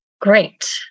Great